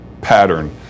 pattern